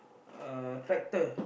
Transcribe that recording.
uh tractor